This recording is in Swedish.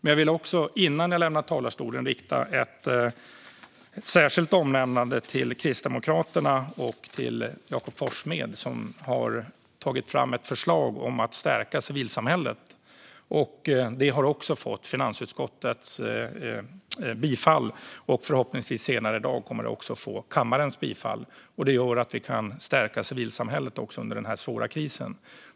Jag vill också innan jag lämnar talarstolen göra ett särskilt omnämnande av Kristdemokraterna och Jakob Forssmed som har tagit fram ett förslag om att stärka civilsamhället. Det har också fått finansutskottets tillstyrkan. Förhoppningsvis kommer det senare i dag att få kammarens bifall. Det gör att vi också kan stärka civilsamhället under den här svåra krisen.